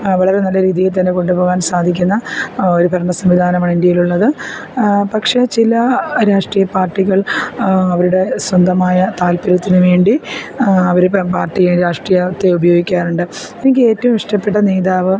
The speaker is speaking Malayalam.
വളരെ നല്ല രീതിയിൽത്തന്നെ കൊണ്ടുപോകാൻ സാധിക്കുന്ന ഒരു ഭരണ സംവിധാനമാണ് ഇന്ത്യയിലുള്ളത് പക്ഷെ ചില രാഷ്ട്രീയ പാർട്ടികൾ അവരുടെ സ്വന്തമായ താല്പര്യത്തിനു വേണ്ടി അവർ പാർട്ടിയെയും രാഷ്ട്രീയത്തേയും ഉപയോഗിക്കാറുണ്ട് എനിക്ക് ഏറ്റവും ഇഷ്ടപ്പെട്ട നേതാവ്